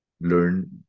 learn